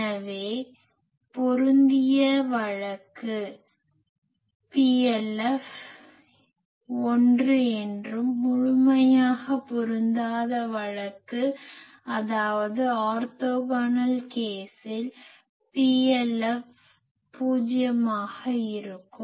எனவே பொருந்திய வழக்கு PLF 1 என்றும் முழுமையாக பொருந்தாத வழக்கு அதாவது ஆர்த்தோகனல் கேஸில் PLF 0 ஆக இருக்கும்